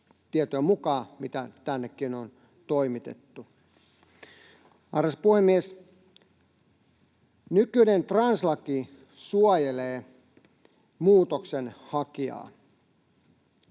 tietojen mukaan, mitä tännekin on toimitettu. Arvoisa puhemies! Nykyinen translaki suojelee muutoksenhakijaa.